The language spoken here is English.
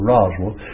Roswell